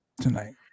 tonight